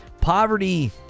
Poverty